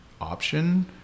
option